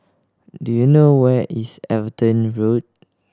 do you know where is Everton Road